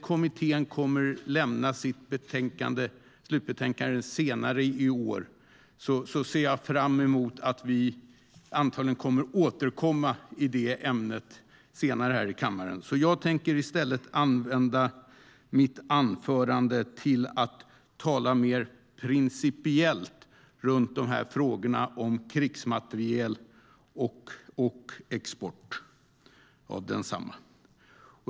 Kommittén ska lämna sitt slutbetänkande senare i år, och jag ser fram emot att vi antagligen kommer att återkomma i detta ämne senare här i kammaren. Jag tänker i stället använda mitt anförande till att tala mer principiellt runt frågorna om krigsmateriel och export av densamma.